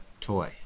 toy